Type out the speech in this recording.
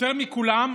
יותר מכולם,